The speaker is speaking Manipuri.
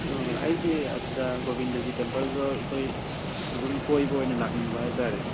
ꯑꯩꯁꯤ ꯑꯗꯨꯗ ꯒꯣꯕꯤꯟꯗꯖꯤ ꯇꯦꯝꯄꯜꯗꯣ ꯑꯩꯈꯣꯏ ꯑꯗꯨꯝ ꯀꯣꯏꯕ ꯑꯣꯏꯅ ꯂꯥꯛꯅꯤꯡꯕ ꯍꯥꯏꯕꯇꯥꯔꯦ